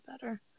better